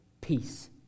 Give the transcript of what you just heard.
peace